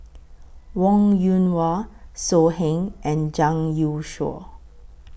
Wong Yoon Wah So Heng and Zhang Youshuo